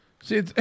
See